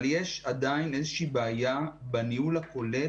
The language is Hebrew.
אבל יש עדיין איזושהי בעיה בניהול הכולל,